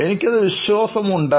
എനിക്കതിൽ വിശ്വാസമുണ്ട്